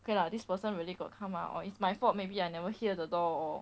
okay lah this person really got come up or it's my fault maybe I never hear the door or